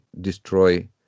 destroy